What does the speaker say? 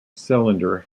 cylinder